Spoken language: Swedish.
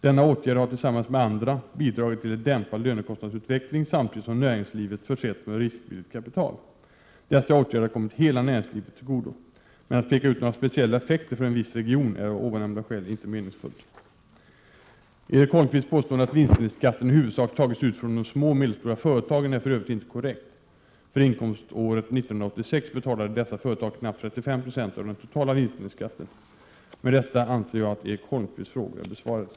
Denna åtgärd har tillsammans med andra bidragit till en dämpad lönekostnadsutveckling samtidigt som näringslivet försetts med riskvilligt kapital. Dessa åtgärder har kommit hela näringslivet till godo. Men att peka ut några speciella effekter för en viss region är av ovannämnda skäl inte meningsfullt. Erik Holmkvists påstående att vinstdelningsskatten i huvudsak tagits ut från de små och medelstora företagen är för övrigt inte korrekt. För inkomståret 1986 betalade dessa företag knappt 35 2 av den totala vinstdelningsskatten. Med detta anser jag att Erik Holmkvists frågor är besvarade.